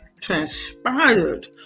transpired